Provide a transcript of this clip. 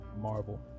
Marvel